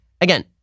again